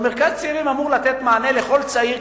מרכז צעירים אמור לתת מענה לכל צעיר,